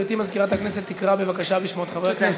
גברתי מזכירת הכנסת תקרא בבקשה בשמות חברי הכנסת.